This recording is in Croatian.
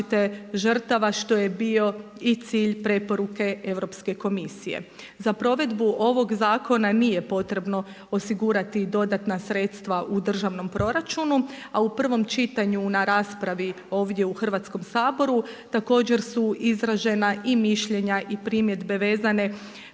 žrtava što je bio i cilj preporuke Europske komisije. Za provedbu ovog zakona nije potrebno osigurati i dodatna sredstva u državnom proračunu. A u prvom čitanju na raspravi ovdje u Hrvatskom saboru također su izražena i mišljenja i primjedbe vezane